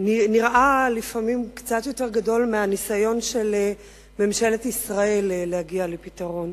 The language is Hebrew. נראה לפעמים קצת יותר גדול מהניסיון של ממשלת ישראל להגיע לפתרון.